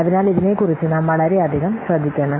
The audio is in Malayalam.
അതിനാൽ ഇതിനെക്കുറിച്ച് നാം വളരെയധികം ശ്രദ്ധിക്കണം